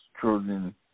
children